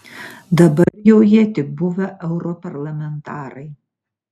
dabar jau jie tik buvę europarlamentarai